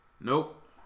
Nope